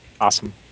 Awesome